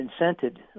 incented